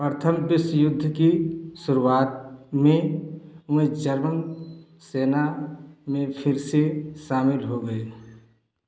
प्रथम विश्व युद्ध की शुरुआत में वे जर्मन सेना में फ़िर से शामिल हो गए